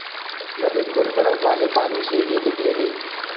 नदी कुल बरफ वाले पानी से ही निकलेली